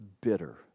bitter